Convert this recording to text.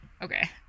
Okay